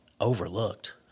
overlooked